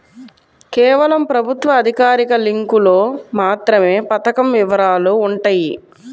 కేవలం ప్రభుత్వ అధికారిక లింకులో మాత్రమే పథకం వివరాలు వుంటయ్యి